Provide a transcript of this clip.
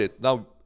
now